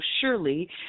surely